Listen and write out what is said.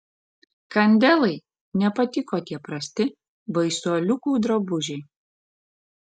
kandelai nepatiko tie prasti baisuoliukų drabužiai